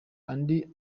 andi